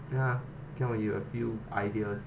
ya came out with a few ideas